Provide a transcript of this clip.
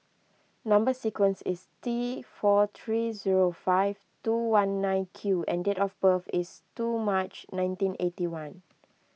Number Sequence is T four three zero five two one nine Q and date of birth is two March nineteen eighty one